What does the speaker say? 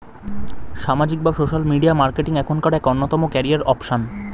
সামাজিক বা social media marketing এখনকার এক অন্যতম ক্যারিয়ার অপশন